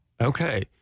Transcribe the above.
Okay